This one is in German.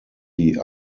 die